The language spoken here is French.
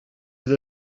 vous